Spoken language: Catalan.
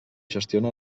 gestiona